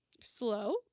slow